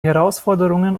herausforderungen